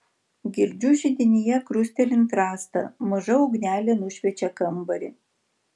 girdžiu židinyje krustelint rastą maža ugnelė nušviečia kambarį